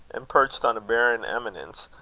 and perched on a barren eminence,